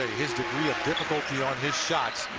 his degree of difficulty on his shots